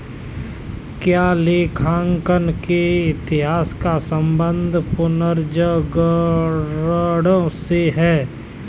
क्या लेखांकन के इतिहास का संबंध पुनर्जागरण से है?